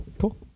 Cool